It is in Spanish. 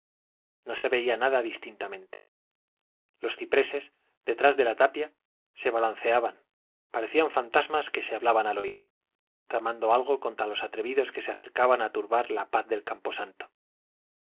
no se veía nada distintamente los cipreses detrás de la tapia se balanceaban parecían fantasmas que se hablaban al oído tramando algo contra los atrevidos que se acercaban a turbar la paz del camposanto